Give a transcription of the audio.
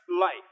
life